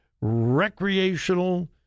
recreational